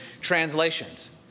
translations